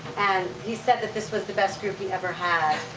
and he said that this was the best group he ever had.